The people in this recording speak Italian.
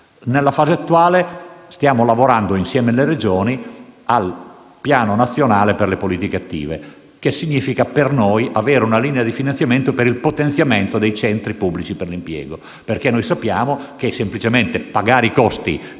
Nella fase attuale, stiamo lavorando insieme alle Regioni al Piano nazionale per le politiche attive, che significa per noi avere una linea di finanziamento per il potenziamento dei centri pubblici per l'impiego, perché sappiamo che semplicemente pagare i costi